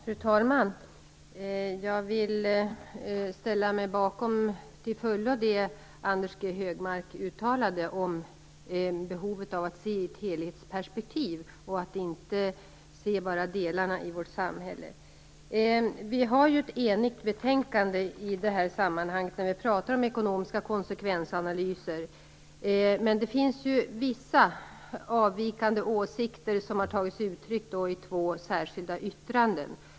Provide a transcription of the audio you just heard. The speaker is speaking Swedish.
Fru talman! Jag vill till fullo ställa mig bakom det som Anders G Högmark uttalade om behovet av att se vårt samhälle i ett helhetsperspektiv, och att inte bara se delarna. Vi har ett enigt betänkande i det här sammanhanget, när vi pratar om ekonomiska konsekvensanalyser. Men det finns vissa avvikande åsikter, som har tagit sig uttryck i två särskilda yttranden.